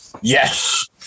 Yes